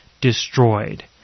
destroyed